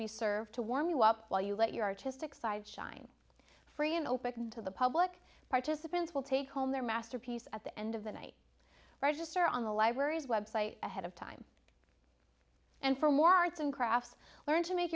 be served to warm you up while you let your artistic side shine free and open to the public participants will take home their masterpiece at the end of the night register on the library's website ahead of time and for more arts and crafts learn to make